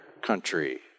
country